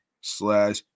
slash